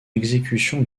exécution